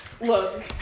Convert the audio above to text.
look